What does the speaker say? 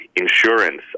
insurance